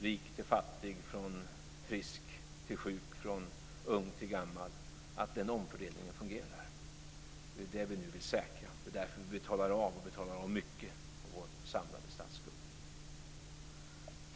rik till fattig, från frisk till sjuk, från ung till gammal, vet att den fungerar. Det är det vi nu vill säkra. Det är därför vi betalar av mycket på vår samlade statsskuld.